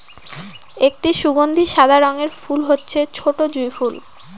একটি সুগন্ধি সাদা রঙের ফুল হচ্ছে ছোটো জুঁই ফুল